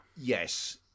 Yes